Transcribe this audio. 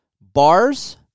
bars